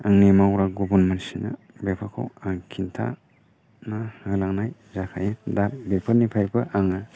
आंनि मावग्रा गुबुन मानसिनो बेफोरखौ आं खिन्थाना होलांनाय जाखायो दा बेफोरनिफ्रायबो आङो